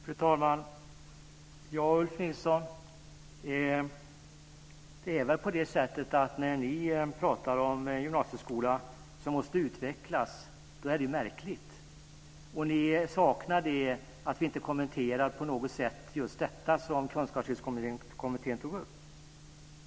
Fru talman! Ulf Nilsson! Det är väl på det sättet att det är märkligt när ni pratar om en gymnasieskola som måste utvecklas. Ni saknar att vi inte på något sätt kommenterar just detta som Kunskapslyftskommittén tog upp.